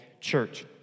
church